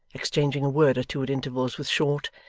exchanging a word or two at intervals with short,